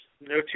No